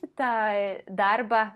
tą darbą